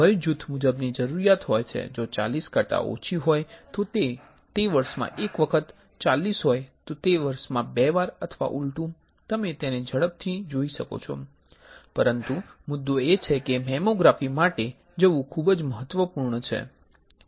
વયજૂથ મુજબની જરૂરિયાત હોય છે જો 40 કરતાં ઓછી હોય તો તે વર્ષમાં એક વખત 40 હોય તો વર્ષમાં બે વાર અથવા ઉલટું તમે તેને ઝડપથી જોઈ શકો છો પરંતુ મુદ્દો એ છે કે મેમોગ્રાફી માટે જવું ખૂબ જ મહત્વપૂર્ણ છે